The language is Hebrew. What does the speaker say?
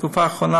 בתקופה האחרונה,